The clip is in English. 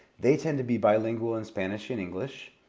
they tend to be bilingual in spanish and english,